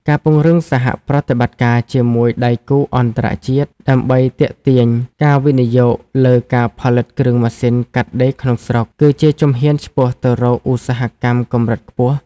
ការពង្រឹងសហប្រតិបត្តិការជាមួយដៃគូអន្តរជាតិ ដើម្បីទាក់ទាញការវិនិយោគលើការផលិតគ្រឿងម៉ាស៊ីនកាត់ដេរក្នុងស្រុក គឺជាជំហានឆ្ពោះទៅរកឧស្សាហកម្មកម្រិតខ្ពស់។